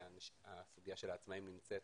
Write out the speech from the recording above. והסוגיה של העצמאים נמצאת